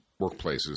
workplaces